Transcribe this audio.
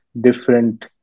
different